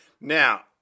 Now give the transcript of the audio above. Now